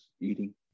eating